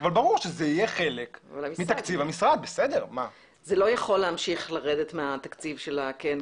אבל ברור שזה יהיה חלק מתקציב --- זה לא יכול לרדת מהתקציב של הקרן,